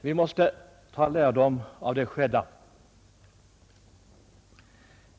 Vi måste taga lärdom av vad som inträffat.